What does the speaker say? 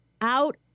out